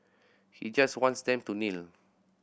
he just wants them to kneel